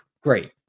great